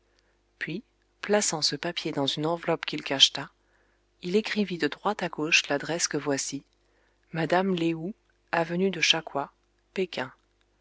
puis plaçant ce papier dans une enveloppe qu'il cacheta il écrivit de droite à gauche l'adresse que voici madame lé ou avenue de cha coua péking